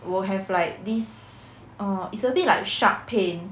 will have like this err is a bit like sharp pain